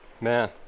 man